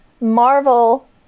Marvel